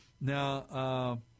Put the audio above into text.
Now